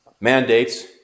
mandates